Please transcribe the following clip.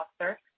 Officer